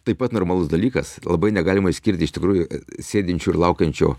taip pat normalus dalykas labai negalima išskirti iš tikrųjų sėdinčių ir laukiančio